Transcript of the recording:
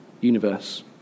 universe